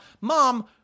mom